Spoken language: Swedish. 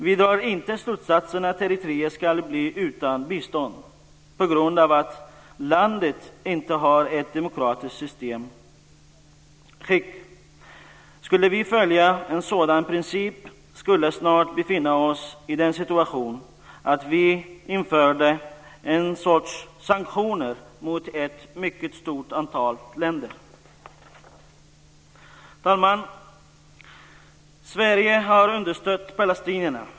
Vi drar inte slutsatsen att Eritrea ska bli utan bistånd på grund av att landet inte har ett demokratiskt systemskick. Om vi skulle följa en sådan princip skulle vi snart befinna oss i den situationen att vi införde en sorts sanktioner mot ett mycket stort antal länder. Herr talman! Sverige har understött palestinierna.